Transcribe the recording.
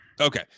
Okay